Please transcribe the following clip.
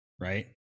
right